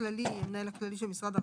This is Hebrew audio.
הכללי״ - המנהל הכללי של משרד הרווחה,